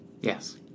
Yes